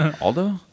Aldo